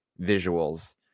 visuals